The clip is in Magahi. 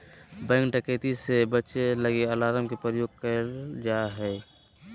बैंक डकैती से बचे लगी अलार्म के प्रयोग करल जा हय